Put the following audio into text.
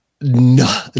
no